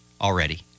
already